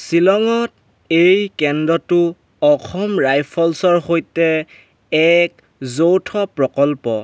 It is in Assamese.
শ্বিলঙত এই কেন্দ্ৰটো অসম ৰাইফল্ছৰ সৈতে এক যৌথ প্ৰকল্প